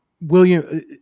William